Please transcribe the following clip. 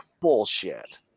Bullshit